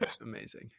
Amazing